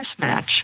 mismatch